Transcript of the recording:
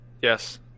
Yes